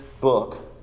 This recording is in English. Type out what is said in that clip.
book